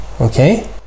Okay